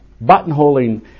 buttonholing